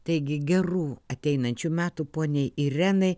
taigi gerų ateinančių metų poniai irenai